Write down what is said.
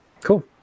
Cool